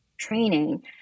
Training